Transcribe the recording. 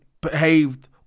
behaved